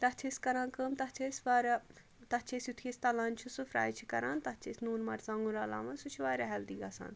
تَتھ چھِ أسۍ کَران کٲم تَتھ چھِ أسۍ واریاہ تَتھ چھِ أسۍ یِتھُے أسۍ تَلان چھِ سُہ فرٛاے چھِ کَران تَتھ چھِ أسۍ نوٗن مَرژٕوانٛگُن رَلاوان سُہ چھُ واریاہ ہیٚلدی گژھان